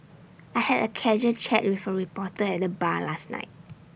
I had A casual chat with A reporter at the bar last night